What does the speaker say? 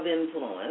influence